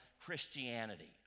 Christianity